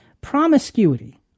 Promiscuity